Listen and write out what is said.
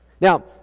Now